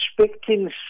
expecting